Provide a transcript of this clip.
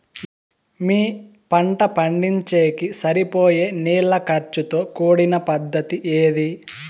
మీ పంట పండించేకి సరిపోయే నీళ్ల ఖర్చు తో కూడిన పద్ధతి ఏది?